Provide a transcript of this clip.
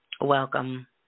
welcome